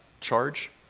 charge